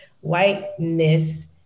whiteness